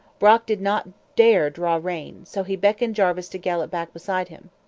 brock did not dare draw rein so he beckoned jarvis to gallop back beside him.